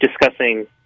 discussing